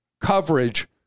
coverage